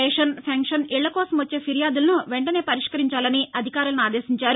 ration pension ఇళ్ల కోసం వచ్చే ఫిర్యాదులను వెంటనే పరిష్కరించాలని అధికరులనలను ఆదేశించారు